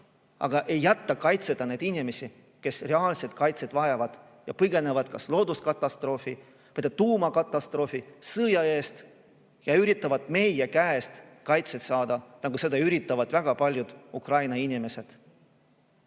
aga ei jäta kaitseta neid inimesi, kes reaalset kaitset vajavad ja põgenevad kas looduskatastroofi või tuumakatastroofi või sõja eest ja üritavad meie käest kaitset saada, nagu seda üritavad väga paljud Ukraina inimesed. Nii